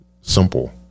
Simple